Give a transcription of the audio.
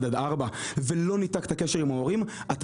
1 עד 4 ולא ניתקת קשר עם ההורים אתה